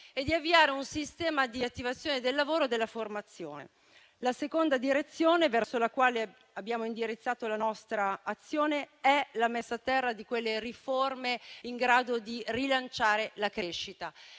e di avviare un sistema di attivazione del lavoro e della formazione. La seconda direzione verso la quale abbiamo indirizzato la nostra azione è la messa a terra di quelle riforme in grado di rilanciare la crescita.